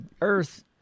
earth